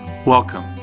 Welcome